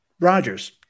Rogers